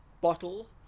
bottle